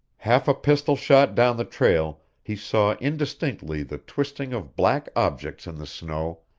half a pistol shot down the trail he saw indistinctly the twisting of black objects in the snow,